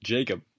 Jacob